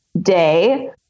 day